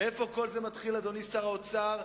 אדוני שר האוצר?